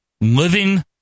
Living